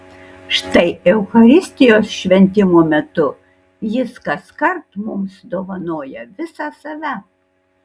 štai eucharistijos šventimo metu jis kaskart mums dovanoja visą save